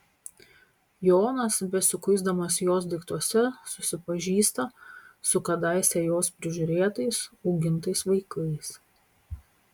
jonas besikuisdamas jos daiktuose susipažįsta su kadaise jos prižiūrėtais augintais vaikais